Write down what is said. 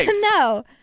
No